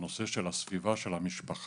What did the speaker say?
הנושא של הסביבה של המשפחה,